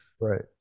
Right